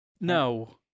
No